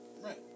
Right